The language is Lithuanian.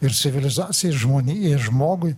ir civilizacijai ir žmonijai ir žmogui